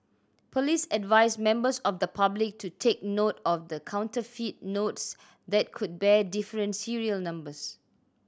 police advised members of the public to take note of the counterfeit notes that could bear different serial numbers